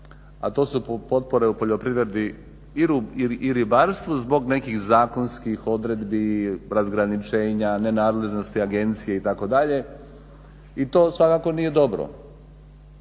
a to su potpore u poljoprivredi i ribarstvu zbog nekih zakonskih odredbi, razgraničenja, nadležnosti agencije itd. i to svakako nije dobro.